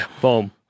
Boom